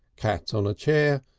cat on a chair,